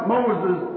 Moses